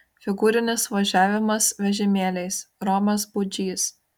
figūrinis važiavimas vežimėliais romas budžys